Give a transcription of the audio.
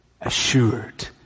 assured